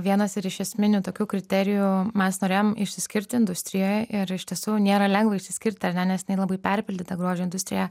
vienas ir iš esminių tokių kriterijų mes norėjom išsiskirti industrijoje ir iš tiesų nėra lengva išsiskirti ar ne nes jinai labai perpildyta grožio industrija